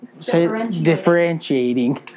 differentiating